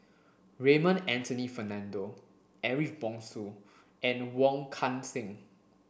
Raymond Anthony Fernando Ariff Bongso and Wong Kan Seng